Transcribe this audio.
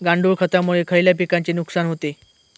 गांडूळ खतामुळे खयल्या पिकांचे नुकसान होते?